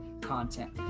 content